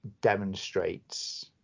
demonstrates